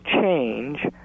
change